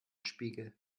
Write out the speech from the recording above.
spiegel